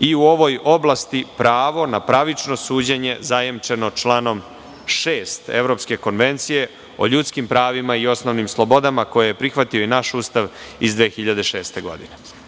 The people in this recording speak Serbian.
i u ovoj oblasti pravo na pravično suđenje zajemčeno članom 6. Evropske konvencije o ljudskim pravima i osnovnim slobodama koje je prihvatio i naš Ustav iz 2006. godine.No,